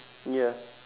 ya